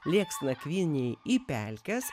lėks nakvynei į pelkes